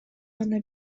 гана